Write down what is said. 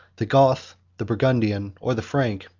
the goth, the burgundian, or the frank,